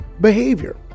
behavior